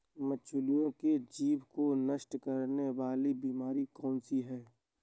मछलियों के जीभ को नष्ट करने वाली बीमारी कौन सी है?